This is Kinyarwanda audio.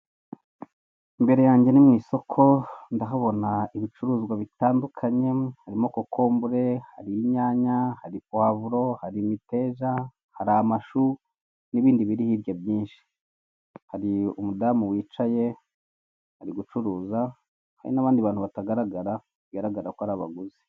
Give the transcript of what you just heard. Imbere yange ni mu isoko ndahabona ibicuruzwa bitandukanye harimo; kokombure, hari inyanya, hari puwavuro hari imiteja, hari amashu nibindi biri hirya byinshi hari umudamu wicaye ari gucuruza hari nabandi bantu batagaragara bigaragara ko ari abaguzi.